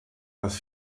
dass